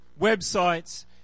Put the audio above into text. websites